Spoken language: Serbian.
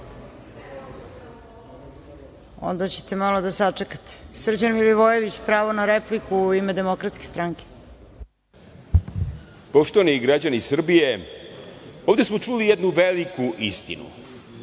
Onda ćete malo da sačekate. Srđan Milivojević, pravo na repliku u ime DS. **Srđan Milivojević** Poštovani građani Srbije, ovde smo čuli jednu veliku istinu,